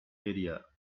area